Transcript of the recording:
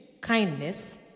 kindness